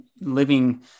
living